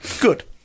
Good